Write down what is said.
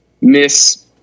miss